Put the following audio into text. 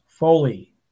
Foley